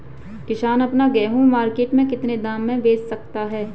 किसान अपना गेहूँ मार्केट में कितने दाम में बेच सकता है?